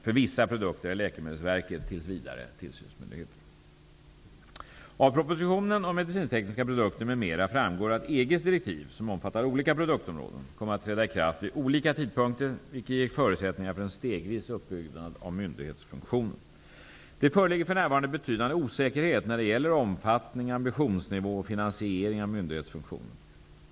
För vissa produkter är Av prop. 1992/93:175 om medicintekniska produkter m.m. framgår att EG:s direktiv, som omfattar olika produktområden, kommer att träda i kraft vid olika tidpunkter, vilket ger förutsättningar för en stegvis uppbyggnad av myndighetsfunktionen. Det föreligger för närvarande betydande osäkerheter när det gäller omfattning, ambitionsnivå och finansiering av myndighetsfunktionen.